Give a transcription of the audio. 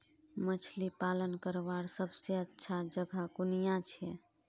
मछली पालन करवार सबसे अच्छा जगह कुनियाँ छे?